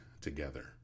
together